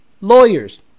lawyers